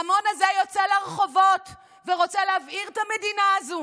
ההמון הזה יוצא לרחובות ורוצה להבעיר את המדינה הזו